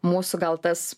mūsų gal tas